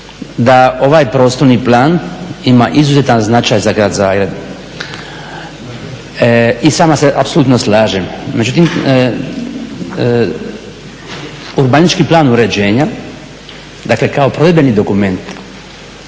da ovaj prostorni plan ima izuzetan značaj za grad Zagreb i s vama se apsolutno slažem, međutim urbanistički plan uređenja, dakle kao provedbeni dokument